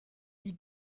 you